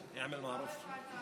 אבל בא הבוקר עם כנפיים,